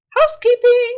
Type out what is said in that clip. housekeeping